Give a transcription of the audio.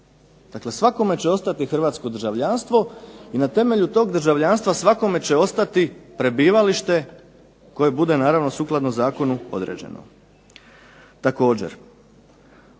Dakle, svakome će ostati hrvatsko državljanstvo i na temelju tog državljanstva svakome će ostati prebivalište koje bude naravno sukladno zakonu određeno. Također,